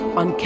on